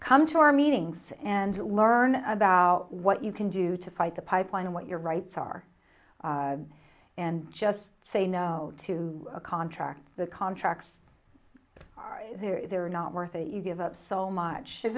come to our meetings and learn about what you can do to fight the pipeline and what your rights are and just say no to a contract the contracts there are not worth it you give up so much is